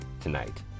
tonight